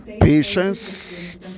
patience